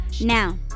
Now